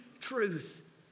truth